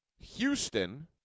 Houston